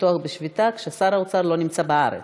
לפתוח בשביתה כששר האוצר לא נמצא בארץ.